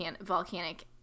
volcanic